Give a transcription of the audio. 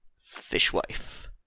fishwife